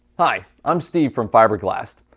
hi i'm steve from fibre glast.